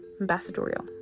ambassadorial